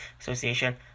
Association